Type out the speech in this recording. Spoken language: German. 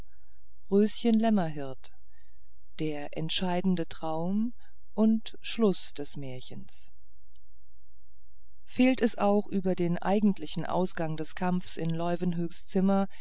röschen lämmerhirt der entscheidende traum und schluß des märchens fehlt es auch über den eigentlichen ausgang des kampfs in leuwenhoeks zimmer